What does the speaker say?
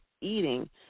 eating